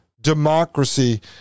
democracy